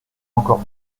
encore